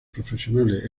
profesionales